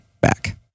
back